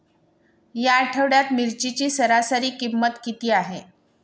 या आठवड्यात मिरचीची सरासरी किंमत किती आहे?